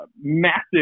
massive